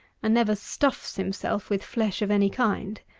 and never stuffs himself with flesh of any kind.